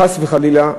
חס וחלילה,